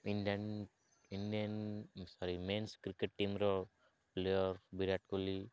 Indian Indian sorry men's cricket ଟିମ୍ର player Virat Kohli